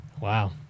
Wow